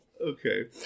Okay